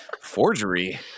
forgery